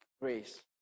grace